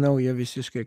naują visiškai